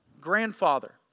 grandfather